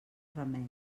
remei